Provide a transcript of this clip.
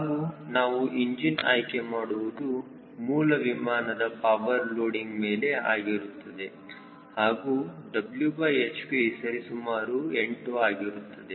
ಹಾಗೂ ನಾವು ಇಂಜಿನ್ ಆಯ್ಕೆ ಮಾಡುವುದು ಮೂಲ ವಿಮಾನದ ಪವರ್ ಲೋಡಿಂಗ್ ಮೇಲೆ ಆಗಿರುತ್ತದೆ ಹಾಗೂ Whp ಸರಿ ಸುಮಾರು 8 ಆಗಿರುತ್ತದೆ